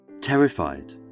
Terrified